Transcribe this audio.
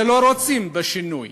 שלא רוצים שינוי.